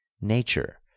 Nature